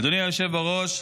אדוני היושב בראש,